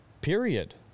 period